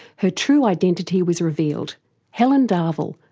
her true identity was revealed helen darville,